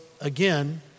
again